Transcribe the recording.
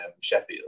Sheffield